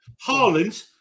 Harland